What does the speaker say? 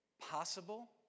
possible